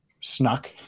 snuck